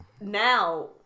now